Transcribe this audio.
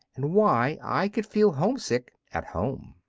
and why i could feel homesick at home.